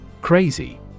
Crazy